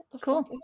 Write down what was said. Cool